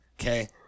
Okay